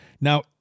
Now